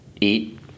eat